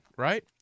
Right